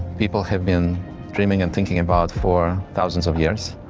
people have been dreaming and thinking about for thousands of years.